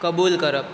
कबूल करप